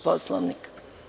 Poslovnika?